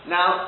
Now